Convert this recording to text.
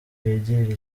bigirira